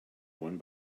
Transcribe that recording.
one